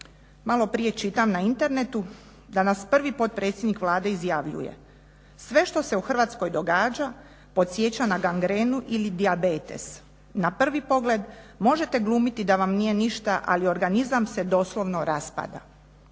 Maloprije čitam na internetu, danas prvi potpredsjednik Vlade izjavljuje: sve što se u Hrvatskoj događa podsjeća na gangrenu ili dijabetes, na prvi pogled možete glumiti da vam nije ništa, ali organizam se doslovno raspada.